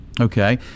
Okay